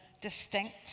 distinct